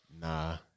Nah